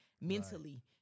mentally